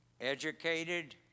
educated